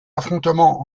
affrontements